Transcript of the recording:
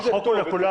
החוק הוא לכולם.